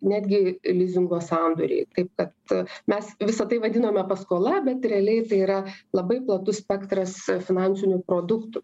netgi lizingo sandoriai kaip kad mes visa tai vadiname paskola bet realiai tai yra labai platus spektras finansinių produktų